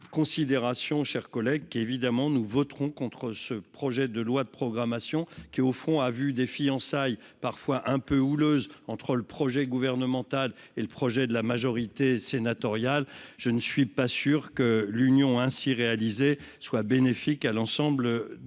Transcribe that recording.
ces considérations, chère collègue qui, évidemment, nous voterons contre ce projet de loi de programmation qui au fond à vue des fiançailles, parfois un peu houleuses entre le projet gouvernemental et le projet de la majorité sénatoriale, je ne suis pas sûr que l'Union ainsi soit bénéfique à l'ensemble des